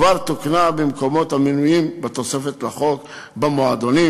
כבר תוקנה במקומות המנויים בתוספת לחוק במועדונים,